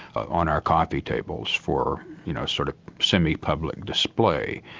on our coffee tables for you know sort of semi-public display.